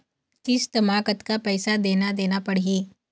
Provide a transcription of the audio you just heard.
किस्त म कतका पैसा देना देना पड़ही?